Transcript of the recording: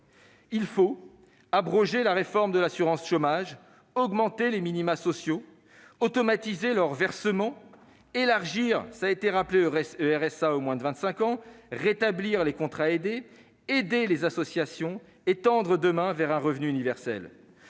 Il faut abroger la réforme de l'assurance chômage, augmenter les minimas sociaux et automatiser leurs versements, élargir le RSA aux moins de 25 ans, rétablir les contrats aidés, aider les associations et tendre, demain, vers un revenu universel.